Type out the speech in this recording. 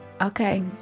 Okay